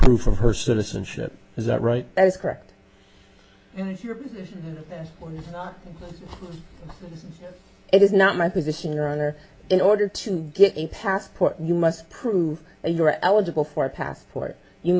proof of her citizenship is that right that is correct it is not my position your honor in order to get a passport you must prove you are eligible for a passport you